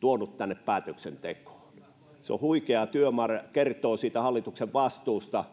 tuonut tänne päätöksentekoon se on huikea työmäärä ja kertoo siitä hallituksen vastuusta